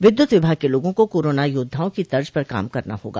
विद्युत विभाग के लोगों को कोरोना योद्धाओं की तर्ज पर काम करना होगा